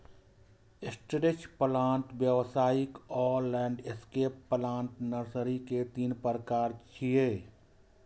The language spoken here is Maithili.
स्ट्रेच प्लांट, व्यावसायिक आ लैंडस्केप प्लांट नर्सरी के तीन प्रकार छियै